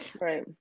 Right